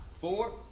four